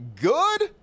good